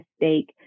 mistake